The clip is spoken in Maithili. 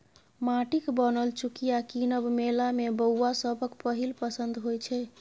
माटिक बनल चुकिया कीनब मेला मे बौआ सभक पहिल पसंद होइ छै